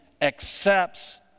accepts